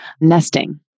nesting